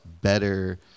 better